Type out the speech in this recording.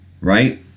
right